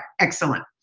excellent.